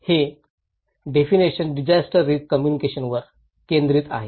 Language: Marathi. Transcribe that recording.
हे डेफिनेशनन डिजास्टर रिस्क कम्युनिकेशनवर केंद्रित आहे